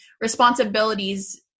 responsibilities